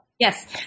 Yes